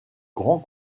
grand